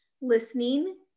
listening